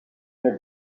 une